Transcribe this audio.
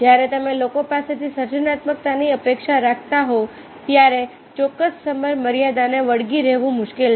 જ્યારે તમે લોકો પાસેથી સર્જનાત્મકતાની અપેક્ષા રાખતા હો ત્યારે ચોક્કસ સમયમર્યાદાને વળગી રહેવું મુશ્કેલ છે